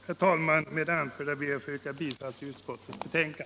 Med det anförda ber jag att få yrka bifall till utskottets hemställan.